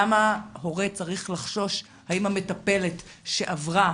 למה הורה צריך לחשוש אם המטפלת שעברה